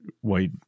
white